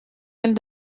del